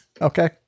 Okay